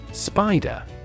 Spider